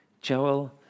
Joel